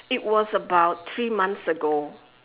it was about three months ago